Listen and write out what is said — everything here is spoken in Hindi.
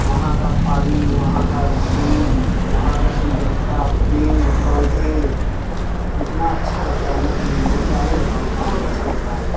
वहाँ का पानी वहाँ का झील वहाँ की सुंदरता पेड़ पौधे इतना अच्छा लगता है ना कि मैं क्या ही बताऊँ बहुत अच्छा लगता है